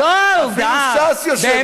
אפילו ש"ס יושבת שם.